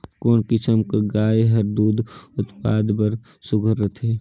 कोन किसम कर गाय हर दूध उत्पादन बर सुघ्घर रथे?